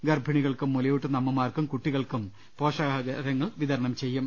ഗർഭിണികൾക്കും മുലയൂട്ടൂന്ന അമ്മമാർക്കും കുട്ടികൾക്കും പോഷകാഹാരങ്ങൾ വിതരണം ചെയ്യും